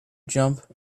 jump